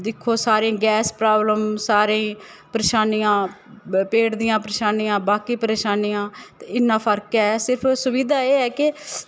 दिक्खो सारें गी गैस प्रॉबल्म सारें गी परेशानियां पेट दियां परेशानियां बाकी परेशानियां ते इ'न्ना फर्क ऐ सिर्फ सुविधा एह् ऐ कि